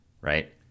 right